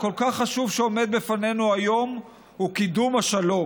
הכל-כך חשוב שעומד בפנינו היום הוא קידום השלום,